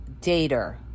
dater